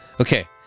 Okay